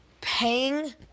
paying